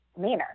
manner